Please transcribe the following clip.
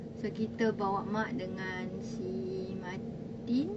so kita bawa mak dengan si matin